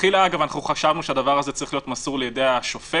מלכתחילה חשבנו שהדבר הזה צריך להיות מסור לידי השופט